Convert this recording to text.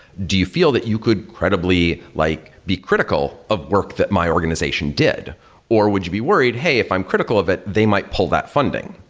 do you feel that you could credibly like be critical of work that my organization did or would you be worried, hey, if i'm critical of it, they might pull that funding.